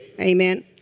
Amen